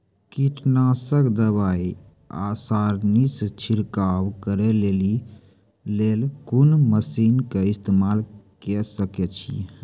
कीटनासक दवाई आसानीसॅ छिड़काव करै लेली लेल कून मसीनऽक इस्तेमाल के सकै छी?